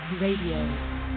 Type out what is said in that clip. Radio